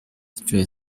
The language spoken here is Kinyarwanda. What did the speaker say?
trey